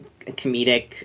comedic